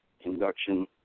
induction